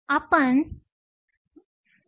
दर्शविले जाते